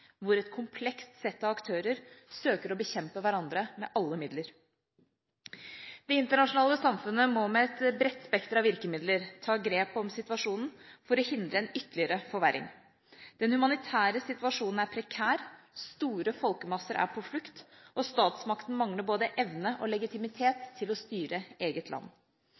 hvor et komplekst sett av aktører søker å bekjempe hverandre med alle midler. Det internasjonale samfunnet må med et bredt spekter av virkemidler ta grep om situasjonen for å hindre en ytterligere forverring. Den humanitære situasjonen er prekær, store folkemasser er på flukt, og statsmakten mangler både evne og legitimitet til å styre eget land.